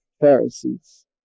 Pharisees